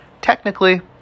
Technically